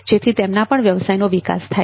જેથી તેમના પણ વ્યવસાયનો વિકાસ થાય